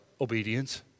Obedience